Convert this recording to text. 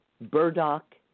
burdock